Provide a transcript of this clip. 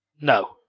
No